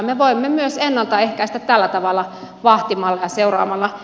me voimme myös ennalta ehkäistä tällä tavalla vahtimalla ja seuraamalla